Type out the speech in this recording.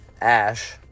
Ash